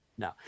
No